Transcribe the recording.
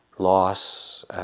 Loss